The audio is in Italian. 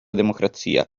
democrazia